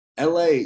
LA